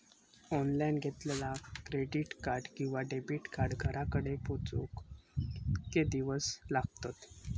Online घेतला credit card किंवा debit card घराकडे पोचाक कितके दिस लागतत?